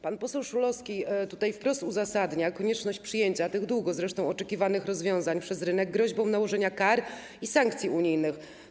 Pan poseł Szulowski wprost uzasadniał konieczność przyjęcia tych długo oczekiwanych rozwiązań przez rynek groźbą nałożenia kar i sankcji unijnych.